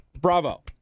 Bravo